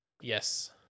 yes